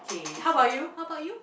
how about you how about you